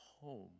home